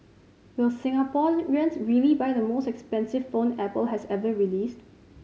will Singaporeans really buy the most expensive phone Apple has ever released